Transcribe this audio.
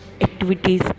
activities